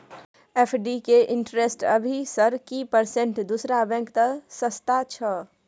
FD के interest अभी sir की परसेंट दूसरा बैंक त सस्ता छः?